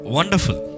Wonderful